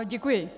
Děkuji.